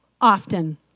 often